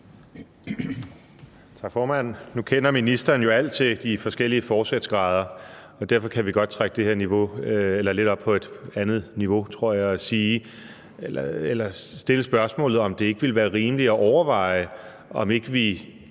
Tak, formand. Nu kender ministeren jo alt til de forskellige forsætsgrader, og derfor tror jeg godt, vi kan trække det her lidt op på et andet niveau og stille spørgsmålet, om det ikke ville være rimeligt at overveje, om vi ikke i